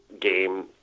game